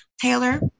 Taylor